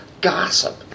gossip